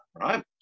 right